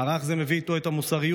מערך זה מביא איתו את המוסריות,